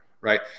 Right